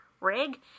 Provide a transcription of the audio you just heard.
rig